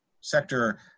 sector